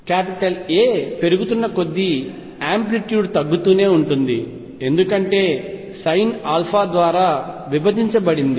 Α పెరుగుతున్న కొద్దీ ఆంప్లిట్యూడ్ తగ్గుతూనే ఉంటుంది ఎందుకంటే Sinα ద్వారా విభజించబడింది